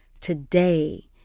today